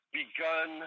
begun